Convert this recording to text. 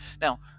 Now